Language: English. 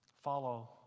Follow